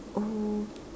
oh